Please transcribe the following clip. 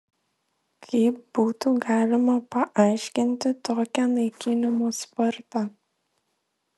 kaip būtų galima paaiškinti tokią naikinimo spartą